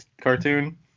cartoon